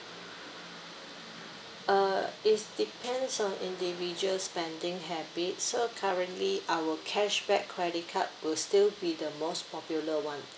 uh it's depends on individual spending habit so currently our cashback credit card will still be the most popular [one]